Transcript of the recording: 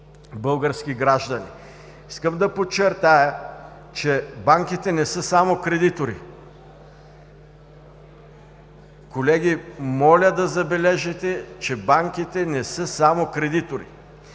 български граждани. Искам да подчертая, че банките не са само кредитори. Колеги, моля да забележите, че банките не са само кредитори!